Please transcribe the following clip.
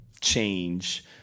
change